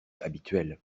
habituel